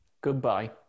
Goodbye